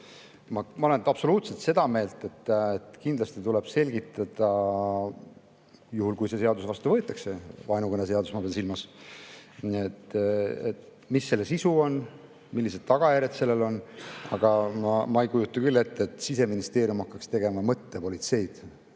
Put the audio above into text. Ma olen absoluutselt seda meelt, et kindlasti tuleb selgitada, juhul kui see seadus vastu võetakse – vaenukõne seadus, ma pean silmas –, mis selle sisu on, millised tagajärjed sellel on. Aga ma ei kujuta küll ette, et Siseministeerium hakkaks tegema mõttepolitseid.